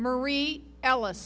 marie ellis